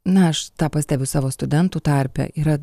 na aš tą pastebiu savo studentų tarpe yra